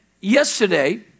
yesterday